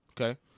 Okay